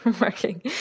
working